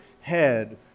head